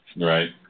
right